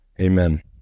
Amen